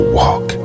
walk